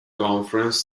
conference